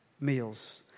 meals